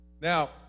Now